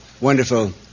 wonderful